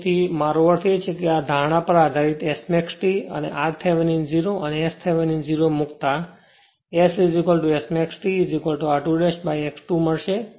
જો મારો અર્થ એ છે કે આ ધારણા પર આધારિત Smax t અને r Thevenin 0 અને S Thevenin 0 મુક્તા S Smax t r2 x 2 મળશે